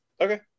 Okay